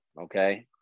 okay